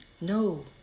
No